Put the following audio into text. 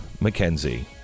Mackenzie